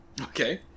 Okay